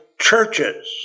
churches